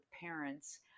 parents